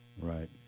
Right